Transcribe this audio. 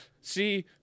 See